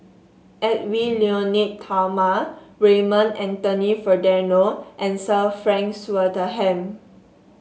Edwy Lyonet Talma Raymond Anthony Fernando and Sir Frank Swettenham